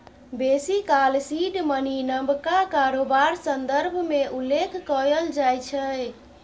बेसी काल seed money नबका कारोबार संदर्भ मे उल्लेख कएल जाइ छै